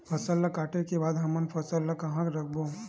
फसल ला काटे के बाद हमन फसल ल कहां रखबो?